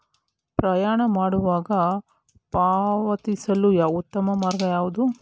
ಪ್ರಯಾಣ ಮಾಡುವಾಗ ಪಾವತಿಸಲು ಉತ್ತಮ ಮಾರ್ಗ ಯಾವುದು?